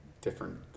different